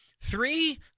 Three